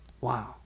Wow